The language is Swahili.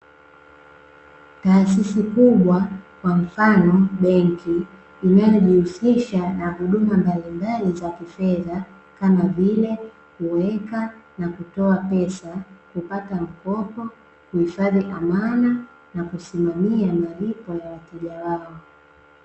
Taasisi kubwa kwa mfano benki inayojihusisha na huduma mbalimbali za kifedha, kama vile kuweka na kutoa pesa kupata mkopo kuhifadhia amana na kusimamia malipo ya wateja wao.